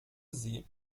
sie